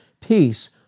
peace